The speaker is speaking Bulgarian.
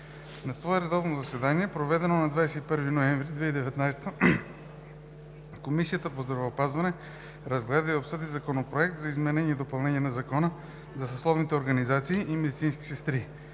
На свое редовно заседание, проведено на 21 ноември 2019 г., Комисията по здравеопазването разгледа и обсъди Законопроект за изменение и допълнение на Закона за съсловните организации на медицинските сестри,